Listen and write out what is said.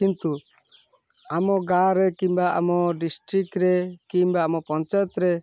କିନ୍ତୁ ଆମ ଗାଁରେ କିମ୍ବା ଆମ ଡିଷ୍ଟ୍ରିକ୍ଟରେ କିମ୍ବା ଆମ ପଞ୍ଚାୟତରେ